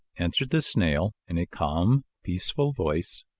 answered the snail in a calm, peaceful voice,